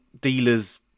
dealers